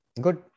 Good